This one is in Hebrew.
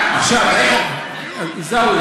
עיסאווי,